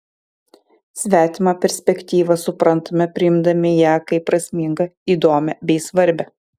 svetimą perspektyvą suprantame priimdami ją kaip prasmingą įdomią bei svarbią